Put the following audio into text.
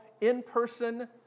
in-person